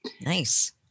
Nice